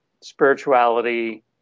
spirituality